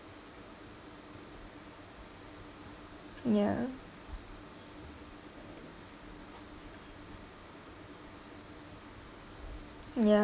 ya ya